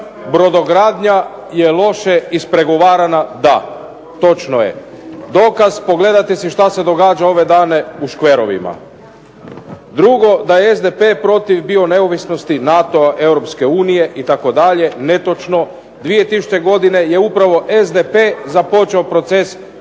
brodogradnja je loše ispregovarana, da točno je. Dokaz pogledajte si što se događa ove dane u škverovima. Drugo, da je SDP protiv bio neovisnosti NATO-a, EU itd., netočno. 2000. godine je upravo SDP započeo proces približavanja